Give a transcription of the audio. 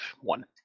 one